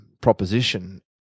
proposition